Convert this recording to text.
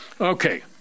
Okay